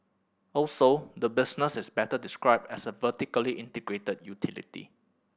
also the business is better described as a vertically integrated utility